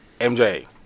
MJ